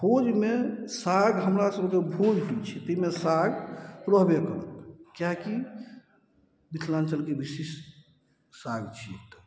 भोजमे साग हमरा सबके भोज होइ छै ताहिमे साग रहबे करत किएकि मिथिलाञ्चलके विशेष साग छी एकटा